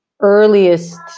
earliest